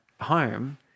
home